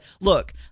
look